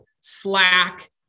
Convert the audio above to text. Slack